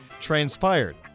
transpired